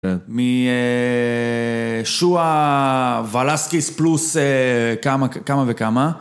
מישוע ולסקיס פלוס כמה וכמה